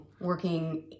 working